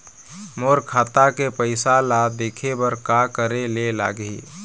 मोर खाता के पैसा ला देखे बर का करे ले लागही?